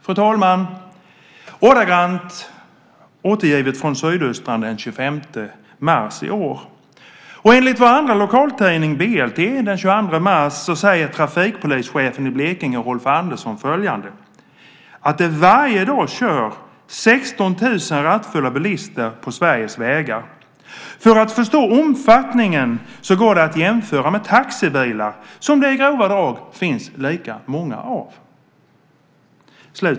Detta var ordagrant återgivet från Sydöstran den 25 mars i år. Enligt vår andra lokaltidning, BLT, den 22 mars säger trafikpolischefen i Blekinge, Rolf Andersson, följande: "Varje dag kör 16 000 rattfulla bilister på Sveriges vägar. För att förstå omfattningen går det att jämföra med taxibilar, som det i grova drag finns lika många av."